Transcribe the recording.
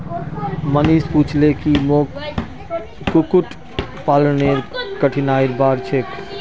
मनीष पूछले की मोक कुक्कुट पालनेर कठिनाइर बार छेक